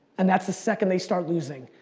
and that's the second they start losing.